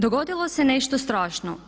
Dogodilo se nešto strašno.